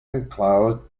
enclosed